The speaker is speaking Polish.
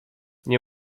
nie